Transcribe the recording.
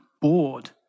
bored